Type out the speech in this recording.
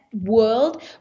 world